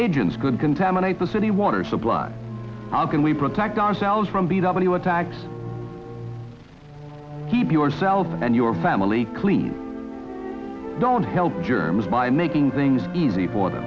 agents could contaminate the city water supply how can we protect ourselves from b w attacks keep yourself and your family clean don't help germs by making things easy for the